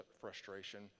frustration